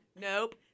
Nope